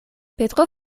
petro